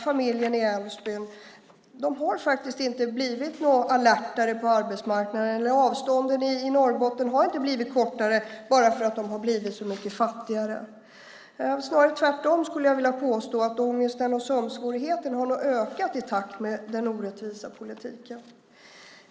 Familjen i Ensbyn har inte blivit alertare på arbetsmarknaden, och avstånden i Norrbotten har inte blivit kortare, bara för att de har blivit så mycket fattigare. Jag skulle vilja påstå att det snarare är tvärtom. Ångesten och sömnsvårigheten har nog ökat i takt med den orättvisa politiken.